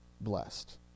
blessed